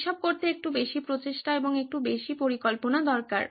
এই সব করতে একটু বেশি প্রচেষ্টা এবং একটু বেশি পরিকল্পনা দরকার